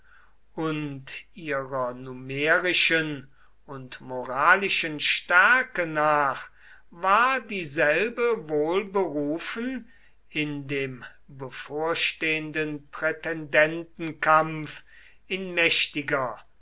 und ihrer numerischen und moralischen stärke nach war dieselbe wohl berufen in dem bevorstehenden prätendentenkampf in mächtiger